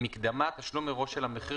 ""מקדמה" תשלום מראש של המחיר,